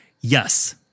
Yes